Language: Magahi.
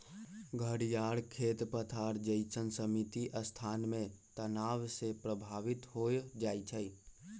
घरियार खेत पथार जइसन्न सीमित स्थान में तनाव से प्रभावित हो जाइ छइ